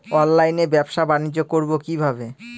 অনলাইনে ব্যবসা বানিজ্য করব কিভাবে?